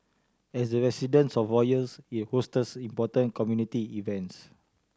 as the residence of royals it hosts important community events